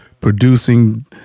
producing